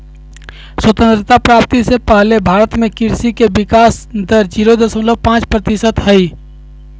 स्वतंत्रता प्राप्ति से पहले भारत में कृषि के विकाश दर जीरो दशमलव पांच प्रतिशत हई